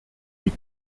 die